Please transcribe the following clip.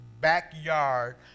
backyard